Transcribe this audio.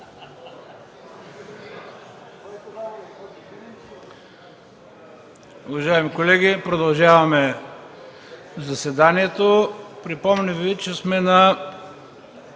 Уважаеми колеги, продължаваме заседанието. Припомням Ви, че сме на